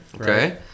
Okay